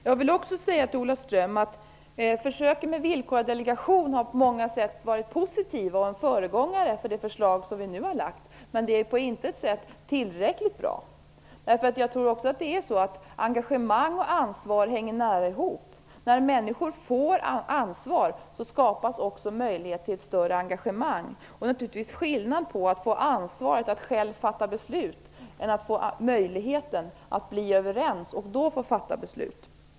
Jag vill vidare säga till Ola Ström att försöken med villkorad delegation på många sätt varit positiva och en föregångare för det förslag som vi nu har lagt fram, men det är på intet sätt tillräckligt bra. Jag tror att engagemang och ansvar hänger nära ihop. När människor får ansvar skapas också möjlighet till större engagemang. Det är naturligtvis skillnad på att få ansvaret att själv fatta beslut och att få möjligheten att bli överens och då få fatta beslut.